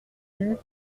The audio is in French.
rue